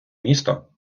місто